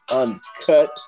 uncut